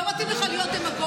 לא מתאים לך להיות דמגוג.